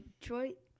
Detroit